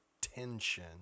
tension